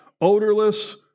Odorless